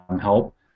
help